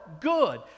good